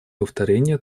повторения